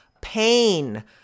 pain